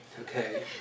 Okay